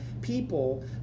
people